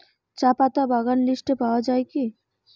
চাপাতা বাগান লিস্টে পাওয়া যায় কি?